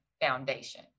foundation